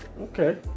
okay